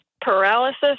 paralysis